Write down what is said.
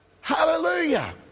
Hallelujah